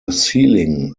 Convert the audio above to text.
ceiling